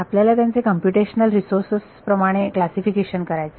आपल्याला त्यांचे computational resource प्रमाणे क्लासिफिकेशन करायचे आहे